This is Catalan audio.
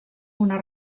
una